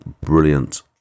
brilliant